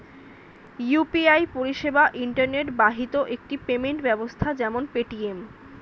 UPI পরিষেবা internet বাহিত একটি পেমেন্ট ব্যবস্থা যেমন পেটিএম